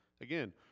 again